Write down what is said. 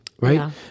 right